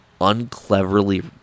uncleverly